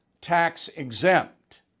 tax-exempt